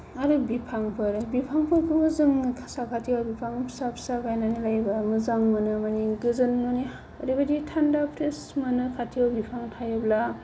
आरो बिफांफोर बिफांफोरखौबो जों साखाथियाव बिफां फिसा फिसा गायनानै लायोब्ला मोजां मोनो माने गोजोन मोनो ओरैबायदि थान्दा फ्रेस मोनो खाथियाव बिफां थायोब्ला